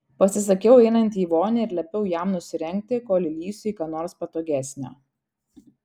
pasisakiau einanti į vonią ir liepiau jam nusirengti kol įlįsiu į ką nors patogesnio